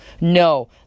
No